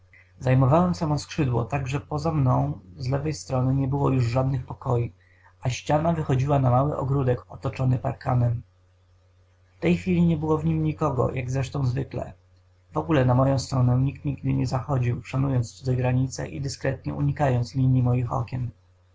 zajmowałem samo skrzydło tak że poza mną z lewej strony nie było już żadnych pokoi a ściana wychodziła na mały ogródek otoczony parkanem w tej chwili nie było w nim nikogo jak zresztą zwykle wogóle na moją stronę nikt nigdy nie zachodził szanując cudze granice i dyskretnie unikając linii mych okien